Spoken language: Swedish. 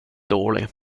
dålig